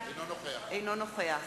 אינו נוכח